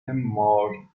مار